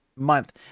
month